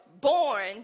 born